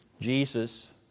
Jesus